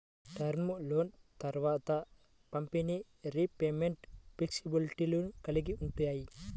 term లోన్లు త్వరిత పంపిణీ, రీపేమెంట్ ఫ్లెక్సిబిలిటీలను కలిగి ఉంటాయి